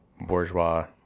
Bourgeois